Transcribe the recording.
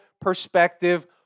perspective